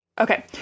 Okay